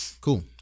Cool